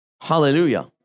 Hallelujah